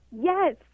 Yes